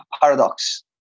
Paradox